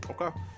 Okay